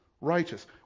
righteous